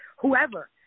whoever